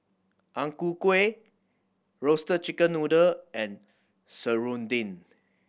Ang Ku Kueh Roasted Chicken Noodle and serunding